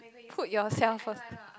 put yourself first